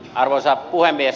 arvoisa puhemies